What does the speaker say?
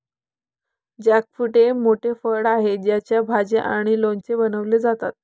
jackfruit हे एक मोठे फळ आहे ज्याच्या भाज्या आणि लोणचे बनवले जातात